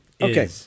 Okay